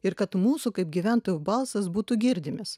ir kad mūsų kaip gyventojų balsas būtų girdimas